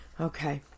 Okay